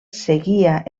seguia